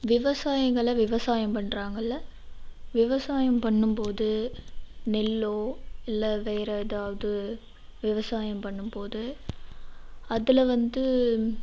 விவசாயங்களை விவசாயம் பண்ணுறாங்கள்ல விவசாயம் பண்ணும்போது நெல்லோ இல்லை வேறு ஏதாவது விவசாயம் பண்ணும்போது அதில் வந்து